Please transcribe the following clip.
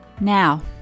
Now